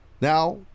Now